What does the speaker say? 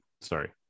sorry